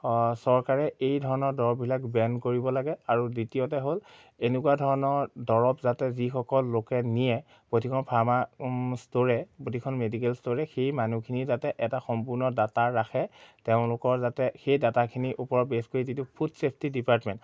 চৰকাৰে এই ধৰণৰ দৰৱবিলাক বেন কৰিব লাগে আৰু দ্বিতীয়তে হ'ল এনেকুৱা ধৰণৰ দৰৱ যাতে যিসকল লোকে নিয়ে প্ৰতিখন ফাৰ্মা ষ্টোৰে প্ৰতিখন মেডিকেল ষ্ট'ৰে সেই মানুহখিনি যাতে এটা সম্পূৰ্ণ ডাটা ৰাখে তেওঁলোকৰ যাতে সেই ডাটাখিনিৰ ওপৰত বেছ কৰি যিটো ফুড ছেফ্টি ডিপাৰ্টমেণ্ট